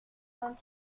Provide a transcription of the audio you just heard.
quand